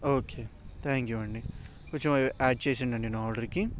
okay thank you అండి కొంచం add చేసేయండి నా ఆర్డర్కి